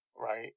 right